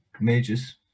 mages